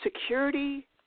Security